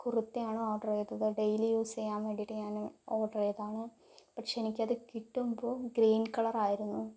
കുർത്തയാണ് order ചെയ്തത് daily use ചെയ്യാൻ വേണ്ടിയിട്ട് ഞാൻ ഓഡർ ചെയ്തതാണ് പക്ഷെ എനിക്ക് അത് കിട്ടുമ്പോൾ ഗ്രീൻ കളർ ആയിരുന്നു